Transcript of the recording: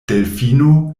delfino